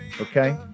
Okay